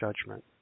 judgment